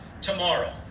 Tomorrow